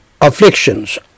afflictions